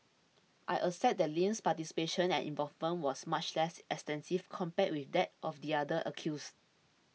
I accept that Lim's participation and involvement was much less extensive compared with that of the other accused